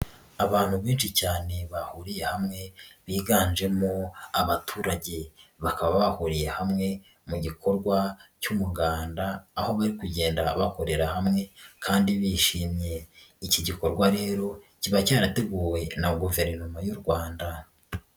Abantu benshi cyane bahuriye hamwe, biganjemo abaturage bakaba bahuriye hamwe mu gikorwa cy'umuganda aho bari kugenda bakorera hamwe kandi bishimiye. Iki gikorwa rero kiba cyarateguwe na guverinoma y'u Rwanda.